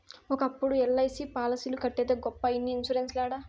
ఒకప్పుడు ఎల్.ఐ.సి పాలసీలు కట్టేదే గొప్ప ఇన్ని ఇన్సూరెన్స్ లేడ